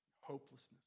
hopelessness